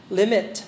limit